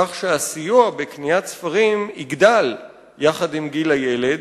כך שהסיוע בקניית ספרים יגדל יחד עם גיל הילד,